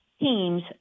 Teams